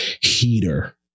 heater